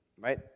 right